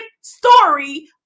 story